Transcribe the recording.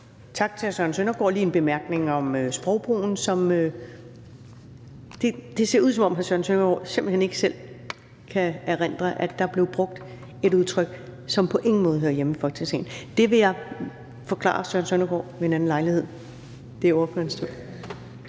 Tak til hr. Søren Søndergaard. Jeg har lige en bemærkning om sprogbrugen. Det ser ud, som om hr. Søren Søndergaard simpelt hen ikke selv kan erindre, at der blev brugt et udtryk, som på ingen måde hører hjemme i Folketingssalen. Det vil jeg forklare Søren Søndergaard ved en anden lejlighed. Så er det ordførerens tur.